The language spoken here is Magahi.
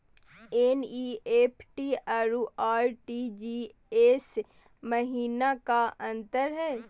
एन.ई.एफ.टी अरु आर.टी.जी.एस महिना का अंतर हई?